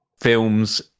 films